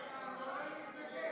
רגע.